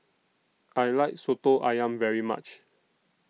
I like Soto Ayam very much